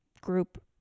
group